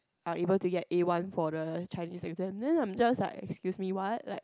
are able to get A one for the Chinese exam then I'm just like excuse me what like